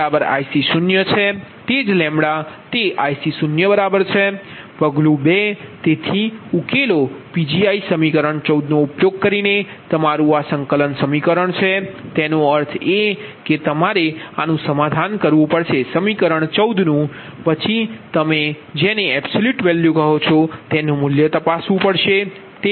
પગલું 2 તેથી ઉકેલો Pgi સમીકરણ 14 નો ઉપયોગ કરીને તમારું આ સંકલન સમીકરણ છે તેનો અર્થ એ કે તમારે આનું સમાધાન કરવું પડશે સમીકરણ 14 પગલું 3 પછી તમે જેને એબસલ્યુટ વેલ્યુ કહો છો તેનુ મૂલ્ય તપાસવું પડશે